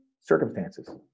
circumstances